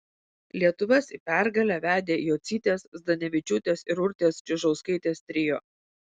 lietuves į pergalę vedė jocytės zdanevičiūtės ir urtės čižauskaitės trio